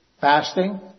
fasting